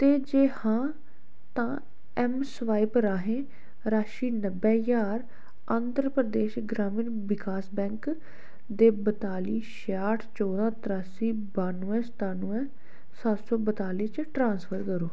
ते जे हां तां ऐम्म स्वाइप राहें राशि नब्बे ज्हार आंध्र प्रदेश ग्रामीण विकास बैंक दे बताली छेआह्ठ चौदां त्रास्सी बानुऐ सतानुऐ सत्त सौ बताली च ट्रांसफर करो